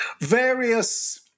Various